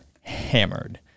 hammered